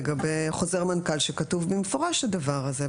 לגבי חוזר מנכ"ל שכתוב במפורש הדבר הזה,